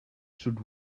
should